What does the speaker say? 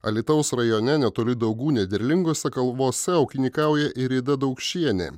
alytaus rajone netoli daugų nederlingose kalvose ūkininkauja irida daukšienė